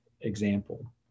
example